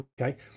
okay